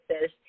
says